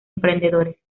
emprendedores